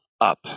up